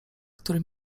który